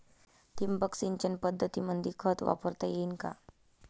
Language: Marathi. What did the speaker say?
ठिबक सिंचन पद्धतीमंदी खत वापरता येईन का?